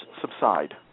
subside